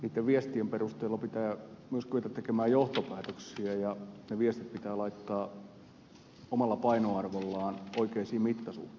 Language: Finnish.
niitten viestien perusteella pitää myös kyetä tekemään johtopäätöksiä ja ne viestit pitää laittaa omalla painoarvollaan oikeisiin mittasuhteisiin